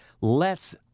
lets